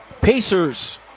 Pacers